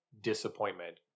disappointment